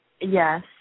Yes